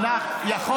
אמרת הפוך.